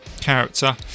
character